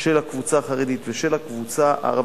של הקבוצה החרדית ושל הקבוצה הערבית,